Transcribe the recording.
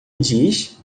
diz